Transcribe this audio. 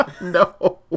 No